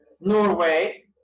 Norway